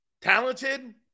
talented